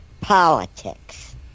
politics